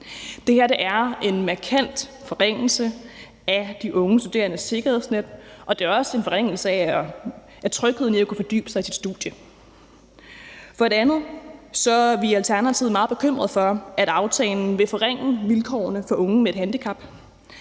Det her er en markant forringelse af de unge studerendes sikkerhedsnet, og det er også en forringelse af trygheden i at fordybe sig i sit studie. For det andet er vi i Alternativet meget bekymrede for, at aftalen vil forringe vilkårene for unge med et handicap.